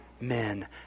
men